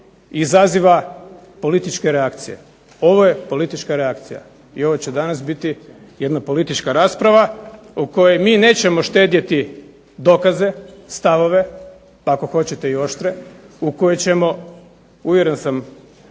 izaziva političke reakcije. Ovo je politička reakcija i ovo će danas biti jedna politička rasprava u kojoj mi nećemo štedjeti dokaze, stavove, pa ako hoćete i oštre u koje ćemo uvjeren sam